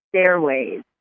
stairways